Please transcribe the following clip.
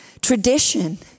tradition